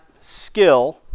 skill